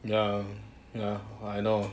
ya ya I know